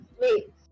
wait